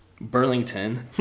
Burlington